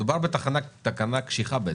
מדובר בתקנה קשיחה בעצם,